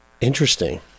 Interesting